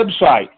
website